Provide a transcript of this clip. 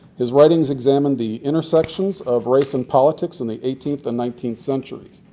his writings examine the intersections of race and politics in the eighteenth and nineteenth centuries.